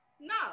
No